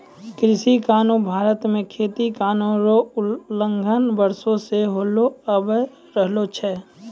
कृषि कानून भारत मे खेती कानून रो उलंघन वर्षो से होलो आबि रहलो छै